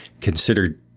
consider